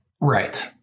Right